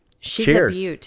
cheers